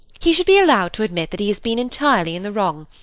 he should be allowed to admit that he has been entirely in the wrong,